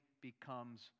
becomes